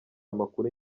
amakuru